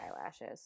eyelashes